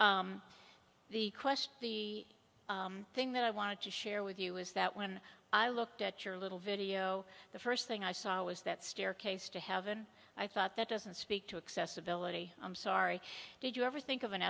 question the thing that i wanted to share with you is that when i looked at your little video the first thing i saw was that staircase to heaven i thought that doesn't speak to excess ability i'm sorry did you ever think of an